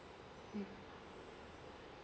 mm